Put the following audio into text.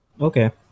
Okay